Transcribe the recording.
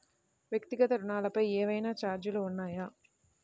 వ్యక్తిగత ఋణాలపై ఏవైనా ఛార్జీలు ఉన్నాయా?